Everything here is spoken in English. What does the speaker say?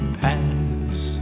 pass